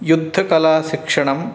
युद्धकलाशिक्षणं